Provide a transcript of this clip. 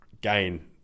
gain